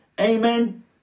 Amen